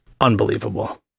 unbelievable